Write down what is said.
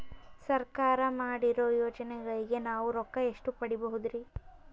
ಸರ್ಕಾರ ಮಾಡಿರೋ ಯೋಜನೆಗಳಿಗೆ ನಾವು ರೊಕ್ಕ ಎಷ್ಟು ಪಡೀಬಹುದುರಿ?